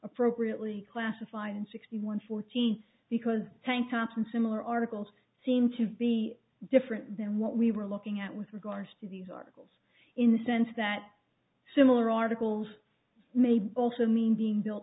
appropriately classified in sixty one fourteen because tank tops and similar articles seem to be different than what we were looking at with regards to these articles in the sense that similar articles may also mean being built